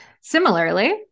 Similarly